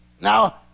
now